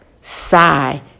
sigh